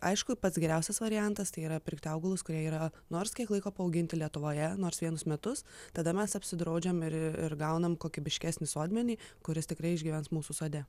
aišku pats geriausias variantas tai yra pirkti augalus kurie yra nors kiek laiko paauginti lietuvoje nors vienus metus tada mes apsidraudžiam ir gaunam kokybiškesnį sodmenį kuris tikrai išgyvens mūsų sode